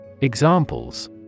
Examples